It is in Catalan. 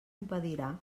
impedirà